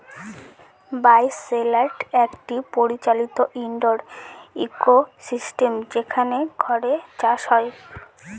বায় shelter একটি পরিচালিত indoor ecosystem যেখানে ঘরে চাষ হয়